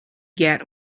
get